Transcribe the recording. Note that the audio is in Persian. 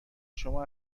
شما